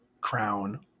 crown